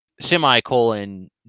semicolon